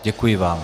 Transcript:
Děkuji vám.